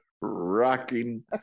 rocking